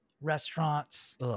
restaurants